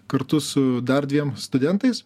kartu su dar dviem studentais